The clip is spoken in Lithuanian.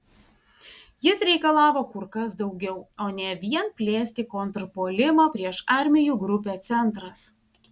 jis reikalavo kur kas daugiau o ne vien plėsti kontrpuolimą prieš armijų grupę centras